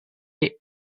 estis